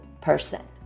person